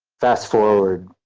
fast forward,